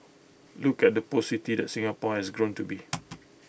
look at the post city that Singapore has grown to be